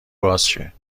بازشه